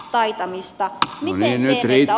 no niin nyt riittää